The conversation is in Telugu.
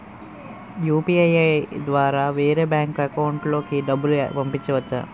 యు.పి.ఐ ద్వారా వేరే బ్యాంక్ అకౌంట్ లోకి డబ్బులు పంపించవచ్చా?